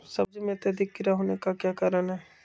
सब्जी में अत्यधिक कीड़ा होने का क्या कारण हैं?